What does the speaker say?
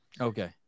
Okay